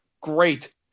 Great